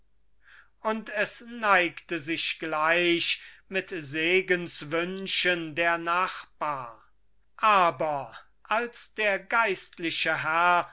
und es neigte sich gleich mit segenswünschen der nachbar aber als der geistliche herr